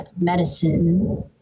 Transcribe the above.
medicine